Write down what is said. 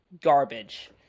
garbage